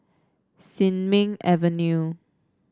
Sin Ming Avenue